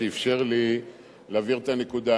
שאפשר לי להבהיר את הנקודה.